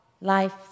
life